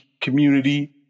community